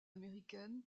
américaine